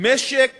משק